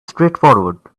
straightforward